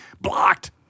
Blocked